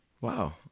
Wow